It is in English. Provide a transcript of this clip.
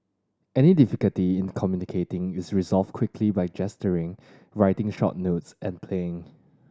any difficulty in communicating is resolved quickly by gesturing writing short notes and playing